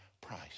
price